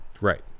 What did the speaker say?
Right